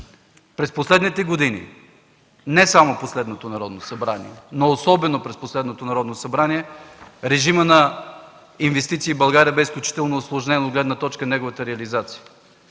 През последните години не само последното Народно събрание, но особено през последното Народно събрание, режимът на инвестиции в България бе изключително усложнен от гледна точка на неговата реализация.